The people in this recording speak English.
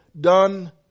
done